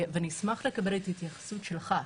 נשמח לקבל את ההתייחסות שלך.